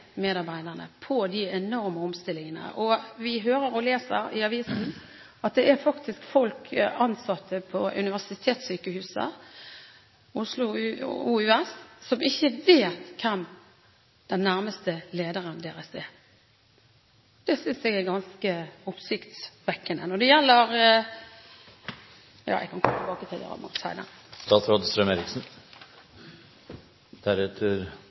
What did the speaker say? medarbeiderne, få med medarbeiderne på de enorme omstillingene? Vi hører om og leser i avisen at det faktisk er folk ansatt på universitetssykehuset, OUS, som ikke vet hvem den nærmeste lederen deres er. Det synes jeg er ganske oppsiktsvekkende. Et spørsmål om man måtte være fornøyd eller ikke, må jo besvares ut fra hvilke forventninger man har hatt til